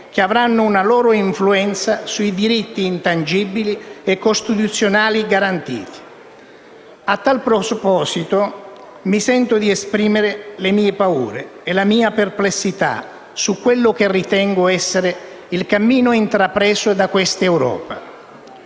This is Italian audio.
che avranno una loro influenza sui diritti intangibili e costituzionali garantiti. A tal proposito, mi sento di esprimere le mie paure e la mia perplessità su quello che ritengo essere il cammino intrapreso da questa Europa;